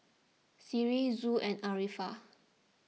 Sri Zul and Arifa